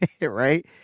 right